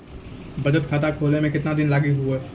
बचत खाता खोले मे केतना दिन लागि हो?